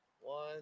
One